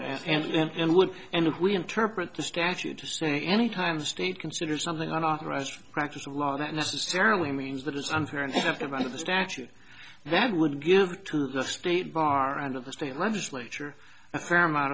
try and and and look and if we interpret the statute to say any time state consider something an authorized practice of law that necessarily means that it's unfair and have invited the statute that would give to the state bar and of the state legislature a fair amount